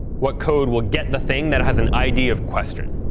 what code will get the thing that has an id of question?